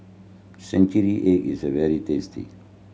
century egg is very tasty